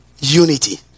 Unity